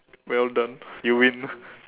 well done you win